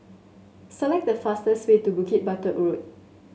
select the fastest way to Bukit Batok Road